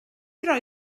rhoi